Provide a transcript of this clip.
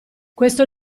questo